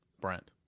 Brent